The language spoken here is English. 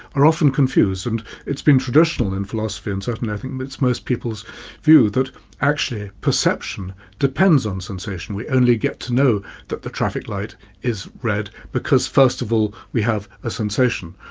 are often confused and it's been traditional in philosophy and certainly i think but it's most people's view that actually perception depends on sensation. we only get to know that the traffic light is red because first of all we have a sensation.